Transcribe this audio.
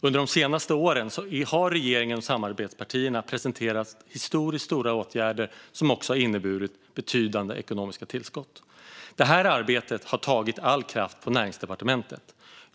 Under det senaste året har regeringen och samarbetspartierna presenterat historiskt stora åtgärder som också har inneburit betydande ekonomiska tillskott. Det arbetet har tagit all kraft på Näringsdepartementet.